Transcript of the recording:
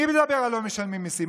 מי מדבר על לא משלמים מיסים?